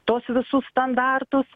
tuos visus standartus